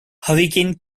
hurricane